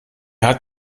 hat